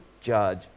judge